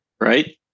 Right